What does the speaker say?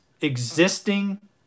existing